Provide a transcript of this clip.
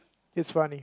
it's funny